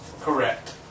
Correct